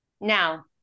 Now